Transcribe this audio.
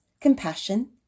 compassion